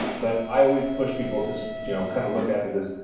but i always push people to so you know kind of look at it as,